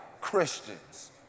Christians